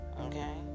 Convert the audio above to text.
okay